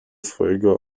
swojego